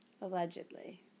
Allegedly